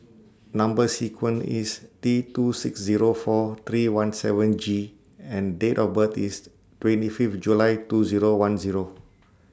Number sequence IS T two six Zero four three one seven G and Date of birth IS twenty Fifth July two Zero one Zero